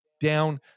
down